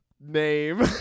name